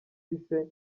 yise